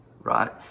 right